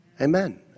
Amen